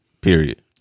period